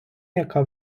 яка